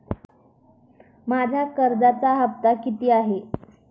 माझा कर्जाचा हफ्ता किती आहे?